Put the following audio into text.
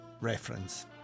reference